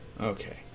okay